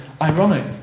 ironic